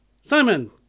Simon